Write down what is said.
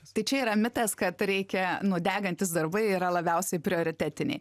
tai čia yra mitas kad reikia nu degantys darbai yra labiausiai prioritetiniai